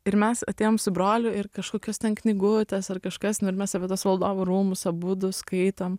ir mes atėjom su broliu ir kažkokios ten knygutės ar kažkas nu ir mes apie tuos valdovų rūmus abudu skaitom